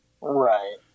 Right